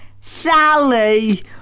Sally